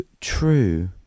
true